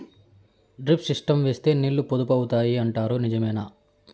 Drip system వేస్తే నీళ్లు పొదుపు అవుతాయి అంటారు నిజమేనా?